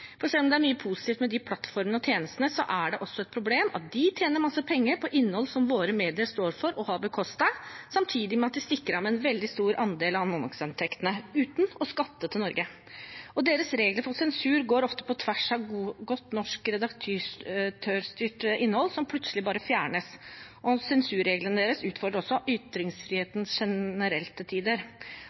Selv om det er mye positivt med de plattformene og tjenestene, er det også et problem at de tjener mye penger på innhold som våre medier står for og har bekostet, samtidig med at de stikker av med en veldig stor andel av annonseinntektene uten å skatte til Norge. Deres regler for sensur går ofte på tvers av godt norsk redaktørstyrt innhold som plutselig bare fjernes, og sensurreglene deres utfordrer også ytringsfriheten generelt til tider.